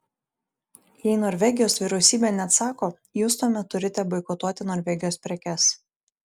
jei norvegijos vyriausybė neatsako jūs tuomet turite boikotuoti norvegijos prekes